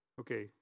Okay